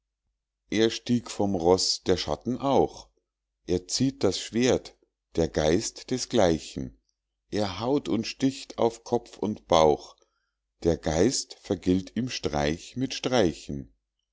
er stieg vom roß der schatten auch er zieht das schwert der geist desgleichen er haut und sticht auf kopf und bauch der geist vergilt ihm streich mit streichen